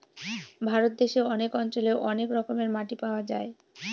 ভারত দেশে অনেক অঞ্চলে অনেক রকমের মাটি পাওয়া যায়